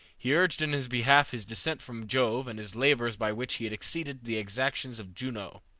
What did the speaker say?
he urged in his behalf his descent from jove and his labors by which he had exceeded the exactions of juno,